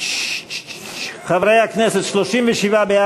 חבר הכנסת דב חנין.